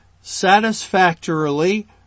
satisfactorily